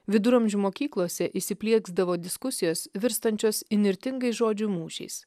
viduramžių mokyklose įsiplieksdavo diskusijos virstančios įnirtingais žodžių mūšiais